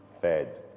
fed